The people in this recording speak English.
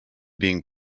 being